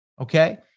Okay